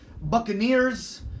Buccaneers